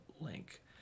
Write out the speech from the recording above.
link